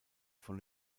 von